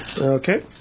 Okay